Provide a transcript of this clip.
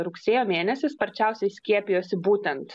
rugsėjo mėnesį sparčiausiai skiepijosi būtent